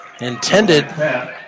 intended